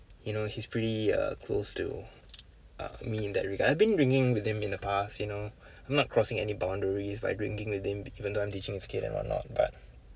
you know he's pretty uh close to uh me in that regard I've been drinking with him in the past you know I'm not crossing any boundaries by drinking with him even though I'm teaching his kid and what not but